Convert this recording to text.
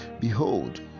Behold